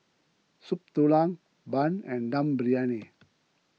Soup Tulang Bun and Dum Briyani